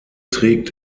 trägt